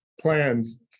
plans